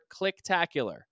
Clicktacular